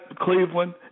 Cleveland